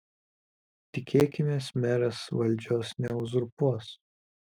tikimės meras valdžios neuzurpuos